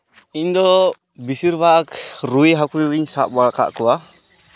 ᱤᱧᱫᱚ ᱵᱮᱥᱤᱨ ᱵᱷᱟᱜᱽ ᱨᱩᱭ ᱦᱟᱹᱠᱩ ᱜᱤᱧ ᱥᱟᱵ ᱵᱟᱲᱟᱣ ᱠᱟᱜ ᱠᱚᱣᱟ